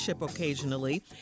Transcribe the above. Occasionally